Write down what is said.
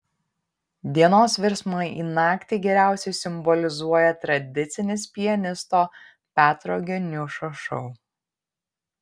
dienos virsmą į naktį geriausiai simbolizuoja tradicinis pianisto petro geniušo šou